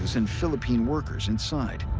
and philippine workers inside.